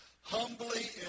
humbly